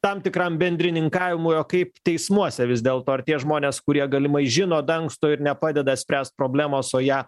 tam tikram bendrininkavimui o kaip teismuose vis dėlto ar tie žmonės kurie galimai žino dangsto ir nepadeda spręst problemos o ją